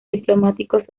diplomáticos